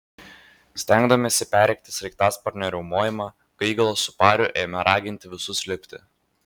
stengdamiesi perrėkti sraigtasparnio riaumojimą gaigalas su pariu ėmė raginti visus lipti